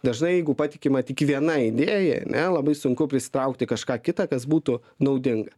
dažnai jeigu patikima tik viena idėja ane labai sunku prisitraukti kažką kita kas būtų naudinga